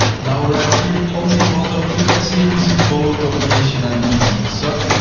now right here on the bottom, we can see recent follow, top donation, and recent sub.